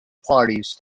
parties